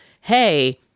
hey